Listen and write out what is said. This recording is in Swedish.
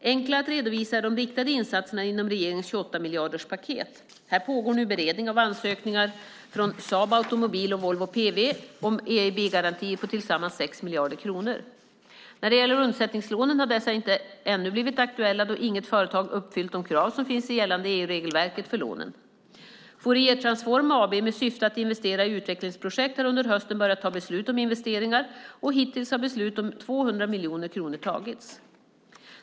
Enkla att redovisa är de riktade insatserna inom regeringens 28-miljarderspaket. Här pågår nu beredning av ansökningar från Saab Automobile och Volvo PV om EIB-garantier på tillsammans 6 miljarder kronor. När det gäller undsättningslånen har dessa inte ännu blivit aktuella då inget företag uppfyllt de krav som finns i det gällande EU-regelverket för lånen. Fouriertransform AB, med syfte att investera i utvecklingsprojekt har under hösten börjat ta beslut om investeringar. Hittills har beslut om 200 miljoner kronor tagits.